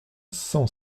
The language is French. cent